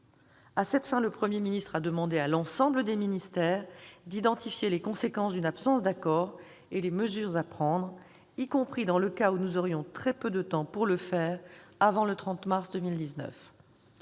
À cette fin, le Premier ministre a demandé à l'ensemble des ministères d'identifier les conséquences d'une absence d'accord et les mesures à prendre, y compris dans le cas où nous aurions très peu de temps pour le faire avant le 30 mars 2019.